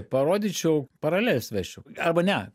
parodyčiau paraleles vesčiau arba ne